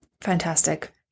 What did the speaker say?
Fantastic